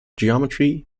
geometry